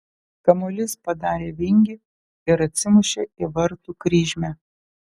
kamuolys padarė vingį ir atsimušė į vartų kryžmę